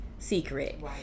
Secret